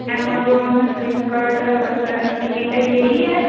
Amazon Flipkart ਬਸ ਯ ਇਹ ਹੀ ਹੈ